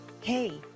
Hey